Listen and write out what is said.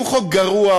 שהוא חוק גרוע,